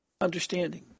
Understanding